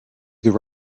could